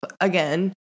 again